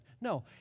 No